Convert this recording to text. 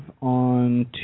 on